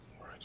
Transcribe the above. Right